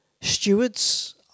Stewards